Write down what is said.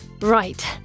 Right